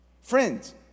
Friends